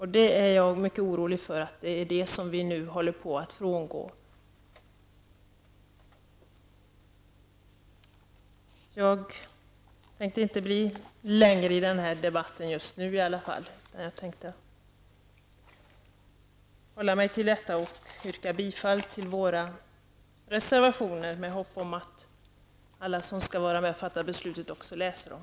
Det är jag orolig för att vi nu håller på att frångå. Jag tänker inte bli långrandig i den här debatten, utan jag nöjer mig med detta. Jag yrkar bifall till våra reservationer med hopp om att alla som skall vara med och besluta också läser dem.